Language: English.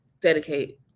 dedicate